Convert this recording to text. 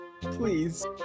Please